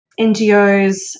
NGOs